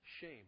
Shame